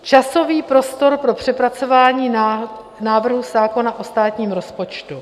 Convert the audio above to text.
Časový prostor pro přepracování návrhu zákona o státním rozpočtu.